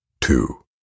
Two